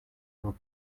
more